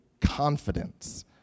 confidence